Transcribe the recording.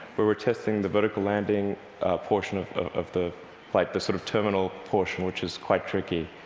where we're testing the vertical landing portion of of the flight, the sort of terminal portion which is quite tricky.